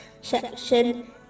section